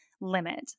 limit